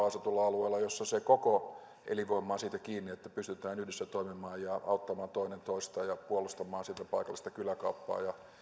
asutulla alueella missä koko elinvoima on kiinni siitä että pystytään yhdessä toimimaan ja auttamaan toinen toistaan ja puolustamaan sitä paikallista kyläkauppaa ja